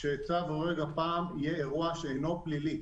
שצו אירועי גפ"מ יהיה אירוע שאינו פלילי.